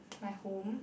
my home